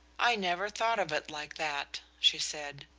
i never thought of it like that, she said.